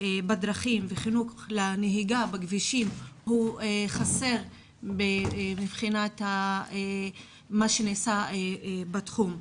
בדרכים וחינוך לנהיגה בכבישים חסר מבחינת מה שנעשה בתחום.